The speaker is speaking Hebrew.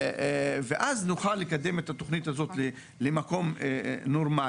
ואז נוכל לקדם את התוכנית הזאת למקום נורמלי,